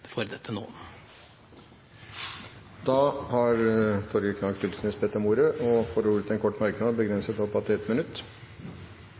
for dette nå. Torgeir Knag Fylkesnes har hatt ordet to ganger tidligere i debatten og får ordet til en kort merknad,